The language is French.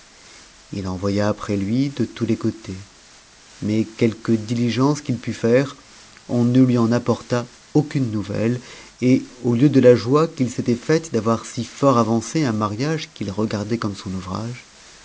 il envoya après de tous les côtes mais quelque diligence qu'il pût faire on ne lui n apporta aucune nouvelle et au lieu de la joie qu'il s'était faite d'avoir si fort avancé un mariage qu'il regardait comme son ouvrage